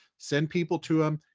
send people to em.